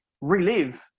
relive